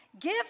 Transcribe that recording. give